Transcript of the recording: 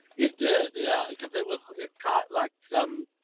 it did, yeah, cause it was it caught, like, some.